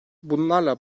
bunlarla